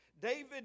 David